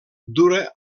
dura